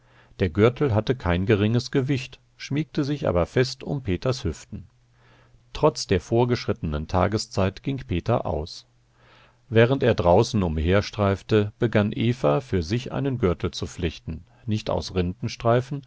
der gürtel hatte kein geringes gewicht schmiegte sich aber fest um peters hüften trotz der vorgeschrittenen tageszeit ging peter aus während er draußen umherstreifte begann eva für sich einen gürtel zu flechten nicht aus